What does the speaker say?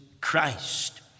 Christ